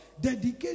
Dedication